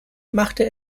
machte